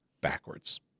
backwards